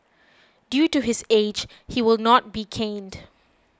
due to his age he will not be caned